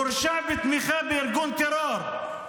הורשע בתמיכה בארגון טרור.